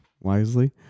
wisely